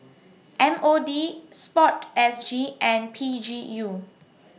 M O D Sport S G and P G U